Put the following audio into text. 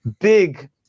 big